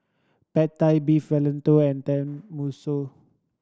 Pad Thai Beef Vindaloo and Tenmusu